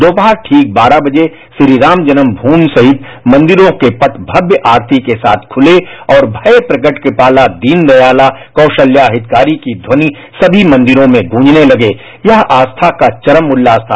दोषहर ठीक बारह बजे श्री राम जन्म भूमि सहित मंदिरों के पट भव्य आस्ती के साथ खुले और भये प्रगट कृपाता दीनदयाता कौसल्या हितकारी की ध्वनि सनी मंदिरों में गूंजने तर्गे ध्य यह आस्था का चरम उल्लास था